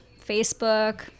Facebook